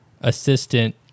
assistant